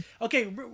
Okay